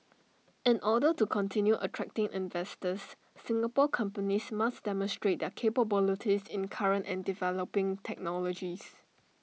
in order to continue attracting investors Singapore companies must demonstrate the capabilities in current and developing technologies